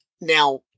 Now